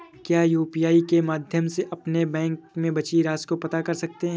क्या यू.पी.आई के माध्यम से अपने बैंक में बची राशि को पता कर सकते हैं?